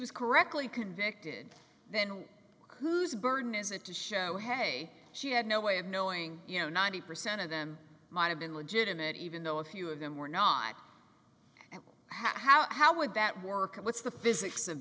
was correctly convicted then whose burden is it to show hey she had no way of knowing you know ninety percent of them might have been legitimate even though a few of them were not and how how would that work what's the physics of